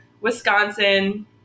Wisconsin